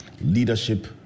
Leadership